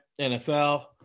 NFL